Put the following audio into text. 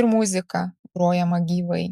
ir muziką grojamą gyvai